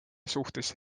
suhtes